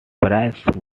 price